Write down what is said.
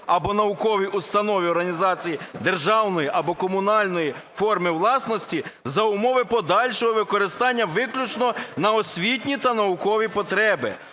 або науковій установі (організації) державної або комунальної форми власності за умови подальшого використання виключно на освітні та наукові потреби